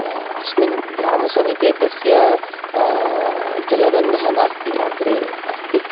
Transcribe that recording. अस्मिन् ग्रामसमीपे तस्य जलबन्धः नास्ति अग्रे अस्ति